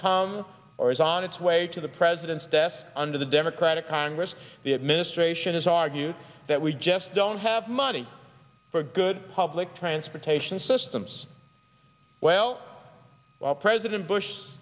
come or is on its way to the president's desk under the democratic congress the administration has argued that we just don't have money for good public transportation systems well while president bush